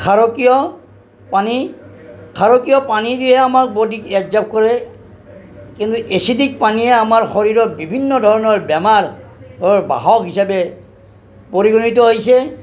খাৰকীয় পানী খাৰকীয় পানীদিয়ে আমাৰ বডিক এবজৰ্ব কৰে কিন্তু এচিডিক পানীয়ে আমাৰ শৰীৰত বিভিন্ন ধৰণৰ বেমাৰৰ বাহক হিচাপে পৰিগণিত হৈছে